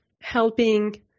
helping